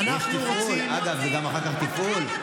זה משנה אם זה פרויקט לימודים,